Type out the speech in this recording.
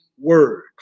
word